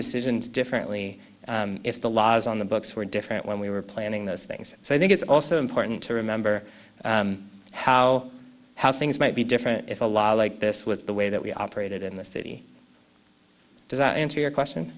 decisions differently if the laws on the books were different when we were planning those things so i think it's also important to remember how how things might be different if a law like this with the way that we operated in this city does not answer your question